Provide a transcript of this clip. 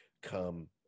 come